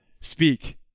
speak